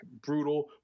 brutal